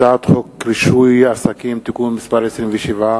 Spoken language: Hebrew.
הצעת חוק רישוי עסקים (תיקון מס' 27),